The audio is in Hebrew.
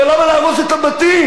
אבל למה להרוס את הבתים?